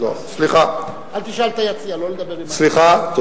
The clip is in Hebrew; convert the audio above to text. סליחה, תודה.